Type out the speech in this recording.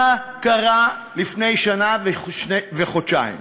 מה קרה לפני שנה וחודשיים?